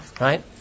Right